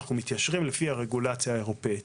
אנחנו מתיישרים לפי הרגולציה האירופאית